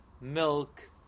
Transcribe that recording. milk